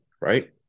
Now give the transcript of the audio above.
Right